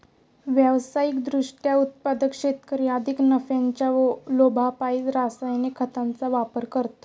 व्यावसायिक दृष्ट्या उत्पादक शेतकरी अधिक नफ्याच्या लोभापायी रासायनिक खतांचा वापर करतात